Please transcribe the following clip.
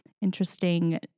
interesting